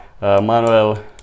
Manuel